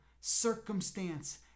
circumstance